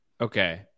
Okay